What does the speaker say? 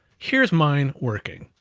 here's mine working.